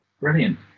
Brilliant